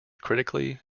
critically